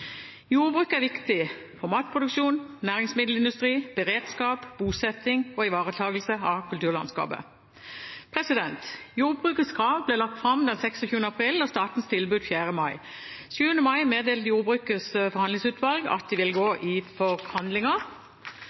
Jordbruket er viktig for matproduksjon, næringsmiddelindustri, beredskap, bosetting og ivaretakelse av kulturlandskapet. Jordbrukets krav ble lagt fram 26. april og statens tilbud 4. mai. Den 7. mai meddelte jordbrukets forhandlingsutvalg at de ville gå i